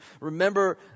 remember